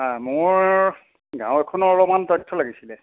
অঁ মোৰ গাঁও এখনৰ অলপমান তথ্য লাগিছিলে